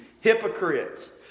hypocrites